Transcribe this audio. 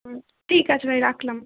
হুম ঠিক আছে আমি রাখলাম